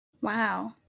wow